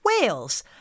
whales